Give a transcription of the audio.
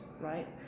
right